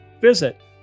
Visit